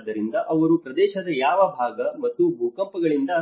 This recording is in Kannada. ಆದ್ದರಿಂದ ಅವರು ಪ್ರದೇಶದ ಯಾವ ಭಾಗ ಮತ್ತು ಭೂಕಂಪಗಳಿಂದ